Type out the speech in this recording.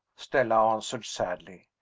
stella answered sadly.